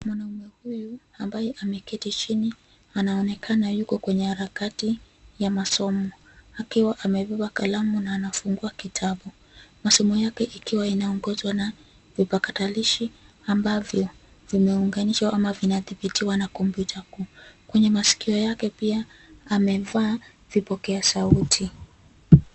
Mwanaume huyu ambaye ameketi chini, anaonekana yuko kwenye harakati ya masomo akiwa amebeba kalamu na anafungua kitabu, masomo yake ikiwa inaongozwa na vipakatalishi ambavyo vimeunganishwa ama vinadhibitiwa na kompyuta kuu. Kwenye maskio yake pia amevaa vipokea sauti.